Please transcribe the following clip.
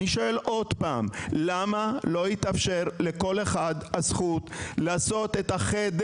אני שואל עוד פעם: למה לא תתאפשר לכול אחד הזכות לעשות את החדר,